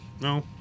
No